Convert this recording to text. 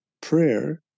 prayer